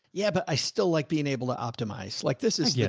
yeah, but i still like being able to optimize, like, this is, yeah